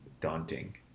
daunting